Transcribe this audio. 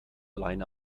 allein